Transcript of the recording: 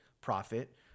profit